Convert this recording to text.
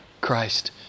Christ